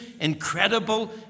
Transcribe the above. incredible